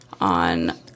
on